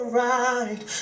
right